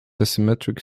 asymmetric